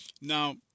Now